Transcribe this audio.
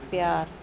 ਪਿਆਰ